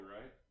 right